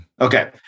Okay